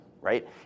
right